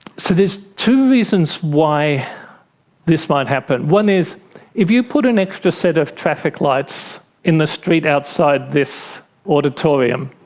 so there's two reasons why this might happen. one is if you put an extra set of traffic lights in the street outside this auditorium,